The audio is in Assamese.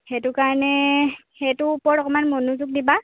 সেইটো কাৰণে সেইটোৰ ওপৰত অকণমান মনোযোগ দিবা